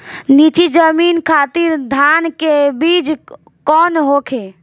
नीची जमीन खातिर धान के बीज कौन होखे?